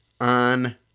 on